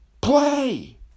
Play